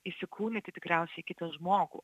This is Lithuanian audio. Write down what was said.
įsikūnyti tikriausiai į kitą žmogų